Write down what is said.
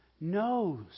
knows